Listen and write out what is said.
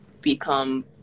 become